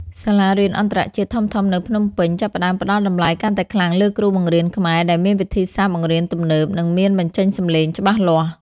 សាលារៀនអន្តរជាតិធំៗនៅភ្នំពេញចាប់ផ្តើមផ្តល់តម្លៃកាន់តែខ្លាំងលើគ្រូបង្រៀនខ្មែរដែលមានវិធីសាស្ត្របង្រៀនទំនើប និងមានបញ្ចេញសំឡេងច្បាស់លាស់។